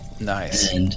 Nice